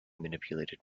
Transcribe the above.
manipulated